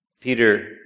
Peter